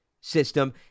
system